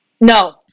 No